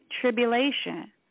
tribulation